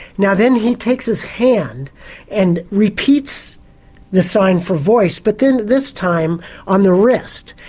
now then he takes his hand and repeats the sign for voice, but then this time on the wrist,